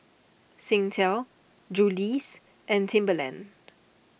Singtel Julie's and Timberland